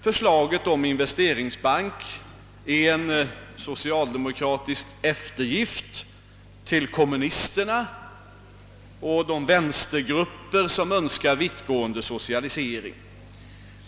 förslaget om investeringsbank är en socialdemokratisk eftergift till kommunisterna och de vänstergrupper som önskar en vittgående socialisering.